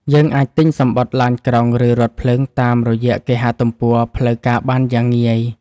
យើងអាចទិញសំបុត្រឡានក្រុង ឬរថភ្លើងតាមរយៈគេហទំព័រផ្លូវការបានយ៉ាងងាយ។